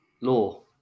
Law